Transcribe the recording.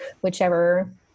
whichever